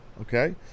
okay